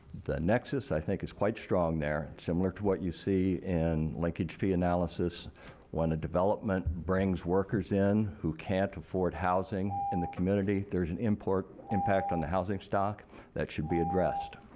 the nexus i think is quite strong there similar to what you see in linkage fee analysis when a development brings workers in who can't afford housing in the community there's an impact on the housing stock that should be addressed.